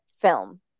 film